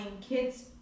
kids